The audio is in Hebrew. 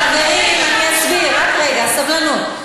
חברים, אני אסביר, רק רגע, סבלנות.